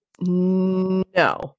No